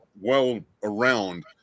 well-around